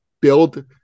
build